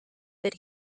that